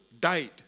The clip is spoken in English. died